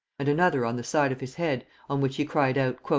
and another on the side of his head on which he cried out,